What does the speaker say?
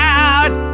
out